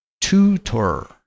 tutor